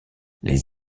les